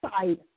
side